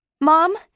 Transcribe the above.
Mom